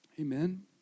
Amen